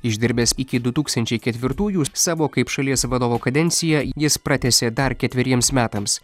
išdirbęs iki du tūkstančiai ketvirtųjų savo kaip šalies vadovo kadenciją jis pratęsė dar ketveriems metams